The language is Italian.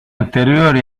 anteriori